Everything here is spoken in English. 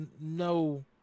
No